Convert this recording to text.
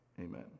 amen